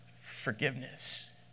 forgiveness